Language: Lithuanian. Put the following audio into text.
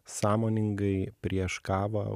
sąmoningai prieš kavą